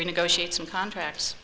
renegotiate some contracts